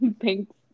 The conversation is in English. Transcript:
thanks